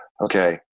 okay